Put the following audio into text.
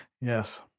Yes